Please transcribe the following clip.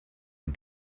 and